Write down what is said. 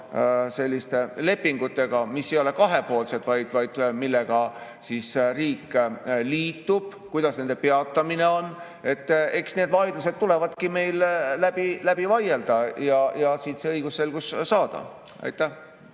selliste lepingutega, mis ei ole kahepoolsed, vaid millega riik liitub, et kuidas nende peatamine on. Eks need vaidlused tulebki meil läbi vaielda ja see õigusselgus saada. Raimond